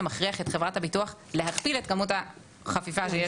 מכריח את חברת הביטוח להכפיל את כמות החפיפה שיש להם היום.